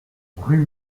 rue